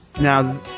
Now